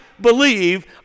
believe